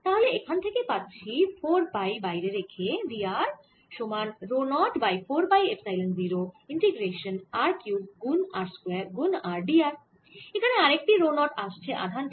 তাহলে এখান থেকে পাচ্ছি 4 পাই বাইরে রেখে v r সমান rho 0 by 4 pi epsilon 0 integration r cube গুন r স্কয়ার গুন r d r এখানে আরেকটি রো 0 আসছে আধান থেকে